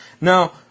Now